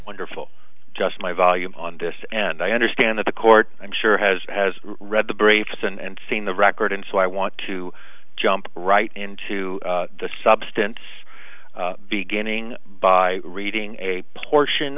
wonderful just my volume on this and i understand that the court i'm sure has has read the briefs and seen the record and so i want to jump right into the substance beginning by reading a portion